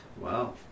Wow